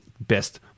best